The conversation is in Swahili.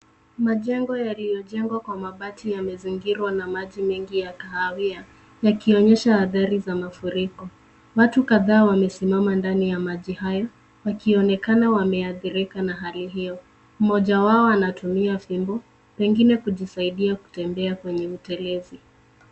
Majengo yaliyojengwa kwa mabati yamezingirwa na maji mengi ya kahawia, yakionyesha athari za mafuriko. Watu kadhaa wamesimama ndani ya maji hayo, wakionekana wameathirika na hali hio. Mmoja wao anatumia fimbo, pengine kujisaidia kutembea kwenye utelezi.